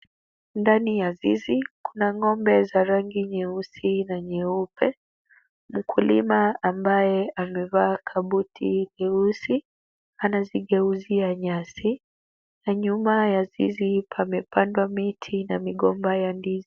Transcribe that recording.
Ndani ya zizi, kuna ng'ombe za rangi nyeusi na nyeupe. Mkulima ambaye amevaa kabuti nyeusi, anazigeuzia nyasi. Na nyuma ya zizi pamepandwa miti na migomba ya ndizi.